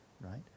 right